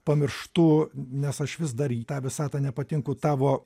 pamirštu nes aš vis dar į tą visatą nepatenku tavo